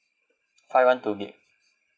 five one two gig